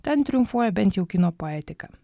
ten triumfuoja bent jau kino poetika